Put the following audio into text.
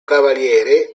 cavaliere